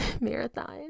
marathon